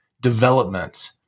development